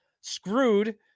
screwed